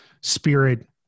spirit